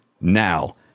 now